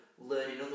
Learning